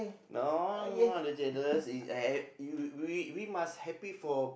no I'm not jealous is uh uh you we we must happy for